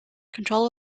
control